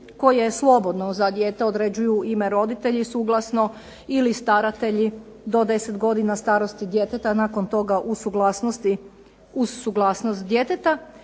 je slobodno za dijete određuju ime roditelji suglasno ili staratelji do 10 godina starosti djeteta, nakon toga uz suglasnost djeteta.